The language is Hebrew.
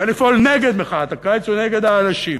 ולפעול נגד מחאת הקיץ או נגד האנשים.